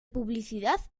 publicidad